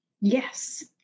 Yes